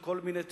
כל מיני תפילות,